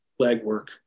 legwork